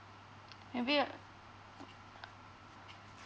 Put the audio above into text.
maybe